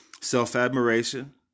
Self-admiration